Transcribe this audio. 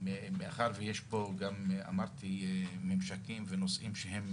מאחר ויש פה גם, אמרתי, ממשקים ונושאים שהם